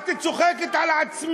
סיפוח, את צוחקת על עצמך.